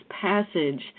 passage